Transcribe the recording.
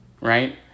right